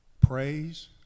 praise